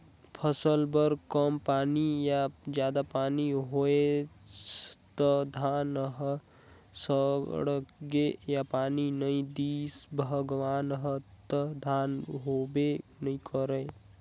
फसल बर कम पानी या जादा पानी होइस त धान ह सड़गे या पानी नइ दिस भगवान ह त धान होबे नइ करय